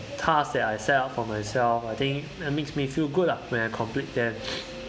tasks that I set up for myself I think that makes me feel good lah when I complete them